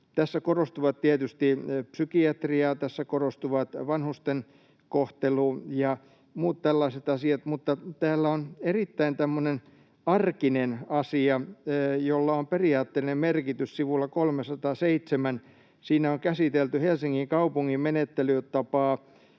Tässä korostuu tietysti psykiatria, tässä korostuvat vanhusten kohtelu ja muut tällaiset asiat, mutta täällä on tämmöinen erittäin arkinen asia, jolla on periaatteellinen merkitys, sivulla 307. Siinä on käsitelty Helsingin kaupungin menettelytapaa,